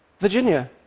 virginia.